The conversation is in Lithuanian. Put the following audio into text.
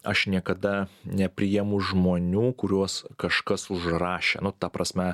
aš niekada nepriimu žmonių kuriuos kažkas užrašė nu ta prasme